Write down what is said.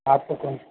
آپ کو کون